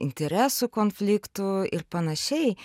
interesų konfliktų ir panašiai